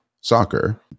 soccer